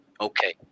okay